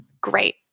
great